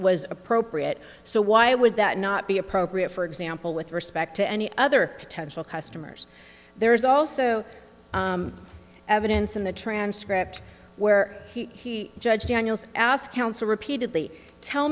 was appropriate so why would that not be appropriate for example with respect to any other potential customers there's also evidence in the transcript where judge daniels asked counsel repeatedly tell